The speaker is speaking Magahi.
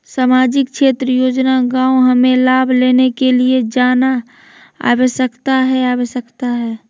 सामाजिक क्षेत्र योजना गांव हमें लाभ लेने के लिए जाना आवश्यकता है आवश्यकता है?